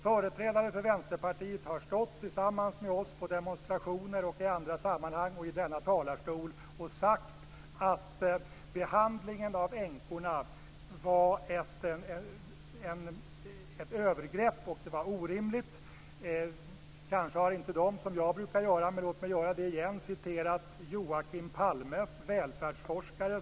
Företrädare för Vänsterpartiet har stått tillsammans med oss på demonstrationer och i andra sammanhang, också i denna talarstol, och sagt att behandlingen av änkorna var ett övergrepp, att det var orimligt. Kanske har de inte gjort det som jag brukar göra - och låt mig göra det nu igen - nämligen citerat Joakim Palme, välfärdsforskare.